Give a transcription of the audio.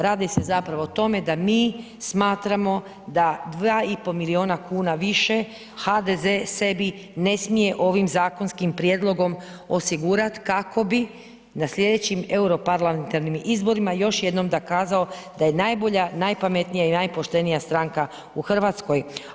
Radi se zapravo o tome da mi smatramo da 2,5 milijuna kuna više HDZ sebi ne smije ovim zakonskim prijedlogom osigurat kako bi na slijedećim euro parlamentarnim izborima još jednom dokazao da je najbolja, najpametnija i najpoštenija stranka u RH.